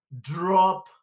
drop